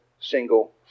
single